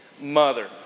mother